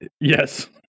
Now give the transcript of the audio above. Yes